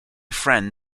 friend